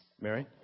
Mary